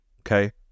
okay